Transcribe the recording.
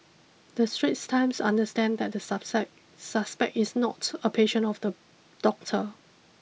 the Straits Times understand that the sub site suspect is not a patient of the doctor